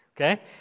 okay